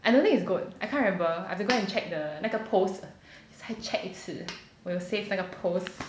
I don't think it's goat I can't remember I have to go and check the 那个 post 再 check 一次我有 save 那个 post